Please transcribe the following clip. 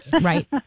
Right